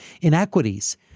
inequities